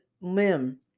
limb